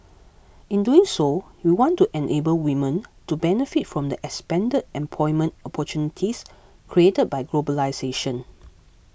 in doing so we want to enable women to benefit from the expanded employment opportunities created by globalisation